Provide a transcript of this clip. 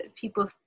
people